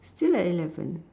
still at eleven